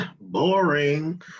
Boring